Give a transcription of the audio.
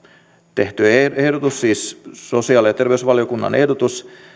tehty ehdotus siis sosiaali ja terveysvaliokunnan ehdotus